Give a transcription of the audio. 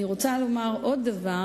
אני רוצה לומר עוד דבר.